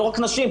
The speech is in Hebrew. לא רק נשים,